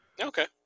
Okay